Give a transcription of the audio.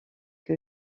que